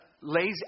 lays